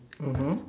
mmhmm